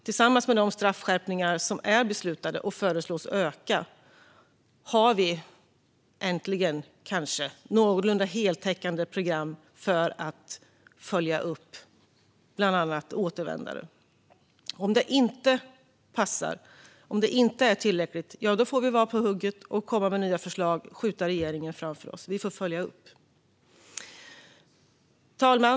Tillsammans med de straffskärpningar som är beslutade och föreslås öka har vi därmed kanske äntligen ett någorlunda heltäckande program för att följa upp bland annat återvändare. Om det inte är tillräckligt får vi vara på hugget, komma med nya förslag och skjuta regeringen framför oss. Vi får följa upp. Fru talman!